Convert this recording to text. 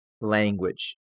language